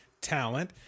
talent